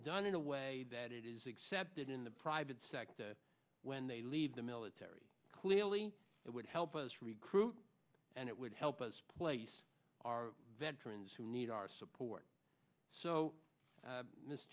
done in a way that it is accepted in the private sector when they leave the military clearly it would help us recruit and it would help us place our veterans who need our support so